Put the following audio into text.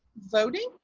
voting.